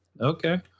okay